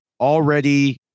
already